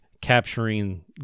capturing